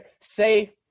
Say